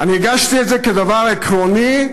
אני הגשתי את זה כדבר עקרוני,